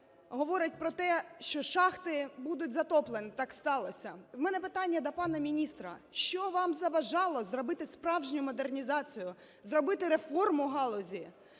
говорить про те, що шахти будуть затоплені, так сталося. У мене питання до пана міністра: що вам заважало зробити справжню модернізацію, зробити реформу галузі?